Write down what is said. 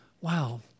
Wow